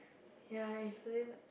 ya it's really like